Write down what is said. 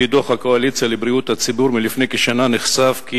בדוח "הקואליציה לבריאות הציבור" מלפני כשנה נחשף כי